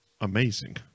amazing